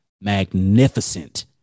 magnificent